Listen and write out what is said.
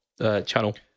channel